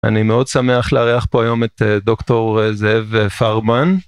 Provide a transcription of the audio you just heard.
אני מאוד שמח לארח פה היום את דוקטור זאב פרמן.